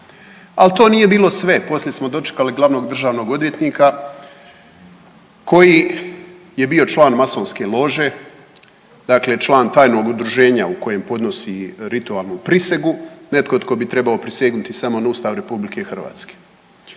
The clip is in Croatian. Ali to nije bilo sve, poslije smo dočekali glavnog državnog odvjetnika koji je bio član masonske lože, dakle član tajnog udruženja u kojem podnosi ritualnu prisegu. Netko tko bi trebao prisegnuti na sam Ustav RH.